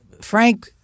Frank